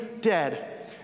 dead